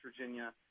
Virginia